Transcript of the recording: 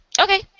Okay